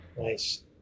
Nice